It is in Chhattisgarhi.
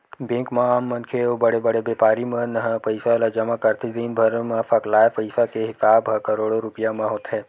बेंक म आम मनखे अउ बड़े बड़े बेपारी मन ह पइसा ल जमा करथे, दिनभर म सकलाय पइसा के हिसाब ह करोड़ो रूपिया म होथे